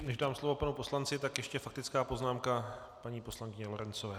Než dám slovo panu poslanci , tak ještě faktická poznámka paní poslankyně Lorencové.